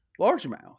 largemouth